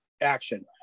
action